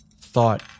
thought